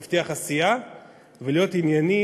הוא הבטיח עשייה ולהיות ענייני,